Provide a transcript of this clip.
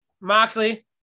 Moxley